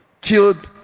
killed